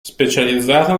specializzato